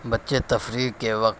بچے تفریح کے وقت